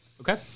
Okay